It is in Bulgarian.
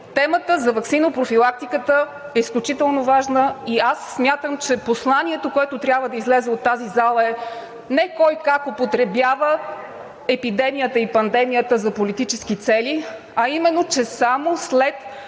темата за ваксинопрофилактиката е изключително важна и смятам, че посланието, което трябва да излезе от тази зала, е не кой как употребява епидемията и пандемията за политически цели, а именно, че само след